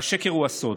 והשקר הוא הסוד.